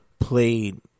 Played